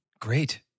Great